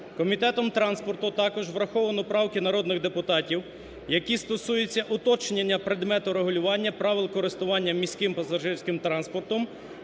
Комітетом транспорту також враховано правки народних депутатів, які стосуються уточнення предмету регулювання правил користування міським пасажирським транспортом,